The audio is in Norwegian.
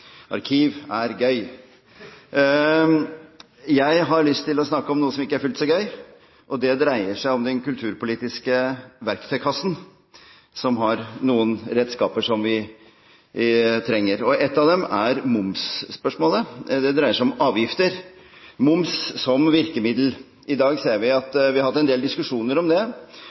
Arkiv er gøy! Jeg har lyst til å snakke om noe som ikke er fullt så gøy, og det dreier seg om den kulturpolitiske verktøykassen som har noen redskaper som vi trenger, og ett av dem er momsspørsmålet. Det dreier seg om avgifter – moms som virkemiddel. Vi har hatt en del diskusjoner om det.